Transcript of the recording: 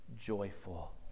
joyful